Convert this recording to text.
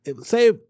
say